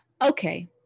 okay